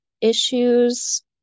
issues